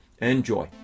Enjoy